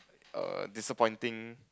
err disappointing